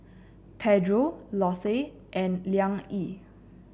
Pedro Lotte and Liang Yi